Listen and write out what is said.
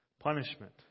punishment